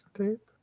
tape